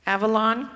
Avalon